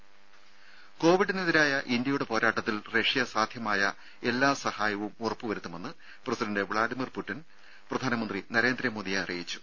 രംഭ കോവിഡിനെതിരായ ഇന്ത്യയുടെ പോരാട്ടത്തിൽ റഷ്യ സാധ്യമായ എല്ലാ സഹായവും ഉറപ്പുവരുത്തുമെന്ന് പ്രസിഡണ്ട് വ്ലാഡിമർ പുടിൻ പ്രധാനമന്ത്രി നരേന്ദ്രമോദിയെ അറിയിച്ചു